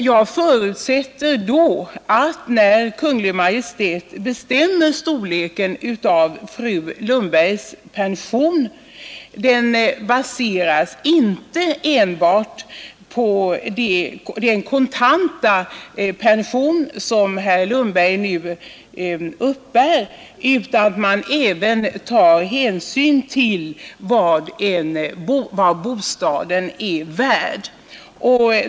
Jag förutsätter då att Kungl. Maj:t vid bestämmandet av storleken av fru Lundbergs pension inte enbart baserar den på den kontanta pension, som herr Lundberg nu uppbär, utan också tar hänsyn till vad bostaden är värd.